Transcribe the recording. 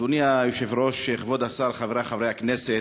אדוני היושב-ראש, כבוד השר, חברי חברי הכנסת,